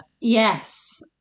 Yes